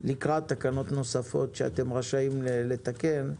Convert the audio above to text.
לקראת תקנות נוספות שאתם רשאים לתקן,